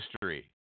History